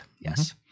Yes